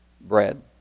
bread